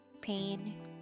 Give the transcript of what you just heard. pain